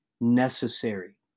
necessary